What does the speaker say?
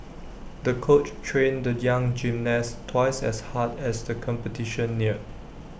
the coach trained the young gymnast twice as hard as the competition neared